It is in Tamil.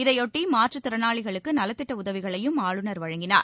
இதையொட்டி மாற்றுத்திறனாளிகளுக்கு நலத்திட்ட உதவிகளையும் ஆளுநர் வழங்கினார்